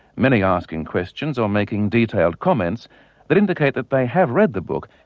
many asking questions or making detailed comments that indicate that they have read the book,